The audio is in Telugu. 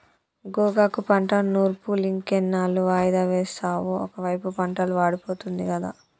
గోగాకు పంట నూర్పులింకెన్నాళ్ళు వాయిదా వేస్తావు ఒకైపు పంటలు వాడిపోతుంది గదా